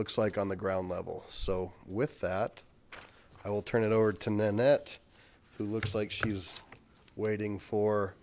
looks like on the ground level so with that i will turn it over to nanette who looks like she's waiting for